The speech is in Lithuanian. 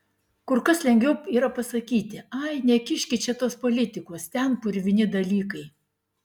kur kas lengviau yra pasakyti ai nekiškit čia tos politikos ten purvini dalykai